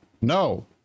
No